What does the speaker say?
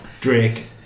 Drake